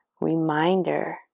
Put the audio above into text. reminder